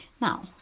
now